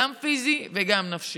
גם פיזית וגם נפשית.